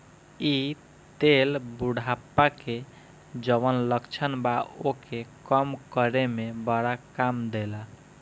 इ तेल बुढ़ापा के जवन लक्षण बा ओके कम करे में बड़ा काम देला